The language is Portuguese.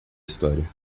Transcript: história